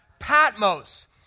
Patmos